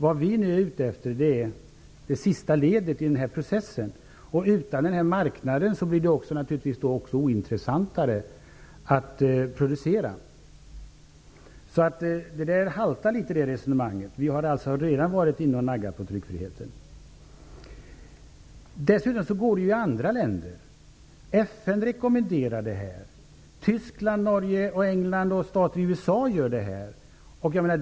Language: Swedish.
Vad vi nu är ute efter är det sista ledet i processen. Om det inte finns en marknad, blir det naturligtvis också mindre intressant att producera barnpornografi. Resonemanget haltar alltså litet. Dessutom går det i andra länder att kriminalisera innehav. FN rekommenderar det. Tyskland, Norge, England och stater i USA gör det.